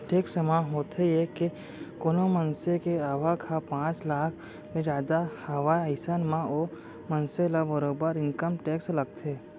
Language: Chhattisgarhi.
टेक्स म होथे ये के कोनो मनसे के आवक ह पांच लाख ले जादा हावय अइसन म ओ मनसे ल बरोबर इनकम टेक्स लगथे